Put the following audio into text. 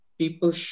people